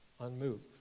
unmoved